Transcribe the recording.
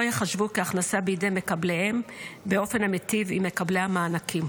לא ייחשבו כהכנסה בידי מקבליהם באופן המיטיב עם מקבלי המענקים.